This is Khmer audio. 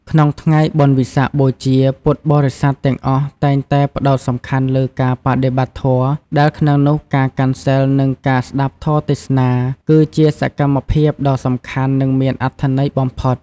ក្នុងថ្ងៃបុណ្យវិសាខបូជា ពុទ្ធបរិស័ទទាំងអស់តែងតែផ្ដោតសំខាន់លើការបដិបត្តិធម៌ ដែលក្នុងនោះការកាន់សីល និងការស្ដាប់ធម៌ទេសនា គឺជាសកម្មភាពដ៏សំខាន់ និងមានអត្ថន័យបំផុត។